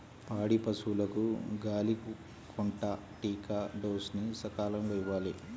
పాడి పశువులకు గాలికొంటా టీకా డోస్ ని సకాలంలో ఇవ్వాలి